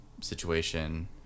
situation